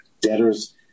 debtors